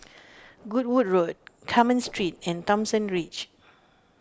Goodwood Road Carmen Street and Thomson Ridge